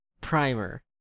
Primer